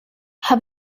have